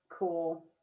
Cool